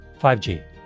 5G